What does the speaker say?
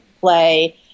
play